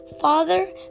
Father